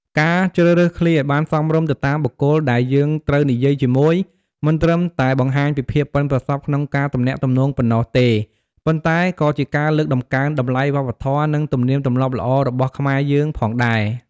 ការជ្រើសរើសឃ្លាឱ្យបានសមរម្យទៅតាមបុគ្គលដែលយើងត្រូវនិយាយជាមួយ មិនត្រឹមតែបង្ហាញពីភាពប៉ិនប្រសប់ក្នុងការទំនាក់ទំនងប៉ុណ្ណោះទេ ប៉ុន្តែក៏ជាការលើកតម្កើងតម្លៃវប្បធម៌ និងទំនៀមទម្លាប់ល្អរបស់ខ្មែរយើងផងដែរ។